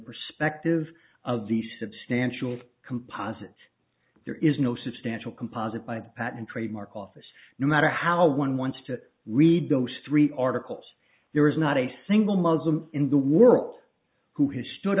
perspective of the substantial composite there is no substantial composite by the patent trademark office no matter how one wants to read those three articles there is not a single muslim in the world who has stood